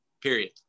period